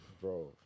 bro